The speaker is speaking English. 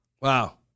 Wow